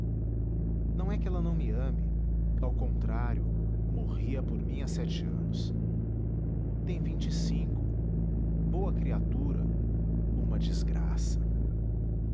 não é que ela me não ame ao contrário morria por mim há sete anos tem vinte e cinco boa criatura uma desgraça